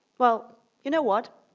well, you know what?